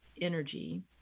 energy